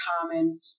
common